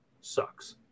sucks